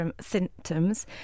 symptoms